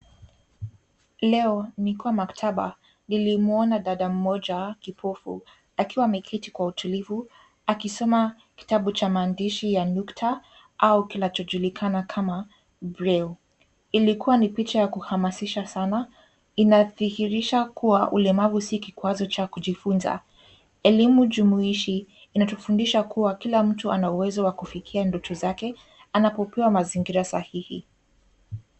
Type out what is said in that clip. Leo ,nikiwa maktaba, nilimuona dada mmoja kipofu akiwa ameketi kwa utulivu akisoma kitabu cha maandishi ya nukta au kinachojulikana kama braille . Ilikuwa ni picha ya kuhamasisha sana, inadhihirisha kuwa ulemavu si kikwazo cha kujifunza. Elimu jumuishi, inatufundisha kuwa kila mtu ana uwezo wa kufikia ndoto zake, anapopewa mazingira sahihi.